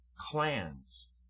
clans